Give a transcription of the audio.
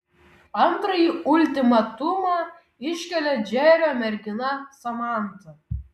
antrąjį ultimatumą iškelia džerio mergina samanta